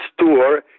store